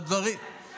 מה אתה אומר?